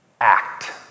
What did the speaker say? act